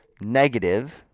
negative –